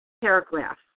paragraph